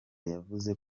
yavuze